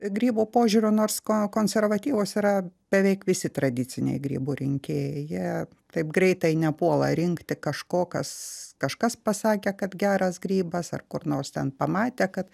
grybo požiūrio nors ko konservatyvūs yra beveik visi tradiciniai grybų rinkėjai jie taip greitai nepuola rinkti kažko kas kažkas pasakė kad geras grybas ar kur nors ten pamatė kad